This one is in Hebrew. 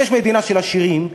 יש מדינה של עשירים,